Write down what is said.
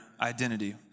identity